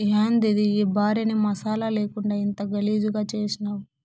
యాందిది ఈ భార్యని మసాలా లేకుండా ఇంత గలీజుగా చేసినావ్